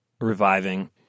reviving